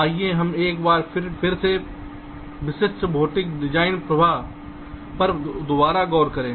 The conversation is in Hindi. तो आइए हम एक बार फिर से विशिष्ट भौतिक डिजाइन प्रवाह पर दोबारा गौर करें